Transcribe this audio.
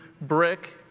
brick